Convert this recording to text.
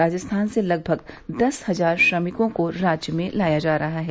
राजस्थान से लगभग दस हजार श्रमिकों को राज्य में लाया जा रहा है